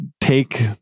take